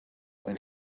when